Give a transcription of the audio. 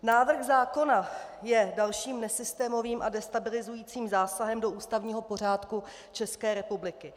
Návrh zákona je dalším nesystémovým a destabilizujícím zásahem do ústavního pořádku České republiky.